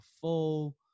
full –